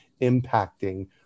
impacting